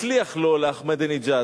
הצליח לו, לאחמדינג'אד.